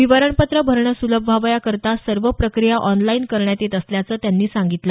विवरणपत्रं भरणं सुलभ व्हावं याकरता सर्व प्रक्रिया ऑनलाईन करण्यात येत असल्याचं त्यांनी सांगितलं